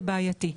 זה בעייתי.